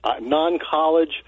non-college